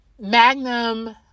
Magnum